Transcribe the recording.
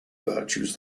virtues